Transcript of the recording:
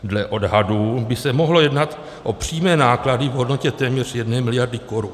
Dle odhadů by se mohlo jednat o přímé náklady v hodnotě téměř jedné miliardy korun.